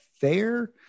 fair